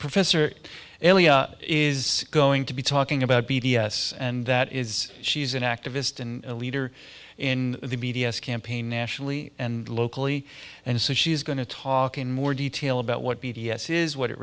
professor is going to be talking about b d s and that is she's an activist and a leader in the b d s campaign nationally and locally and so she's going to talk in more detail about what b d s is what it